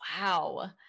Wow